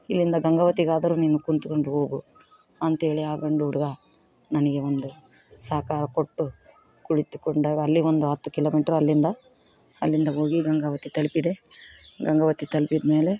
ಇಲ್ಲಿಂದ ಗಂಗಾವತಿಗಾದರು ನೀನು ಕೂತ್ಕೊಂಡು ಹೋಗು ಅಂತೇಳಿ ಆ ಗಂಡು ಹುಡ್ಗ ನನಗೆ ಒಂದು ಸಹಕಾರ ಕೊಟ್ಟು ಕುಳಿತುಕೊಂಡಾಗ ಅಲ್ಲಿ ಒಂದು ಹತ್ತು ಕಿಲೋಮೀಟ್ರ್ ಅಲ್ಲಿಂದ ಅಲ್ಲಿಂದ ಹೋಗಿ ಗಂಗಾವತಿ ತಲುಪಿದೆ ಗಂಗಾವತಿ ತಲುಪಿದಮೇಲೆ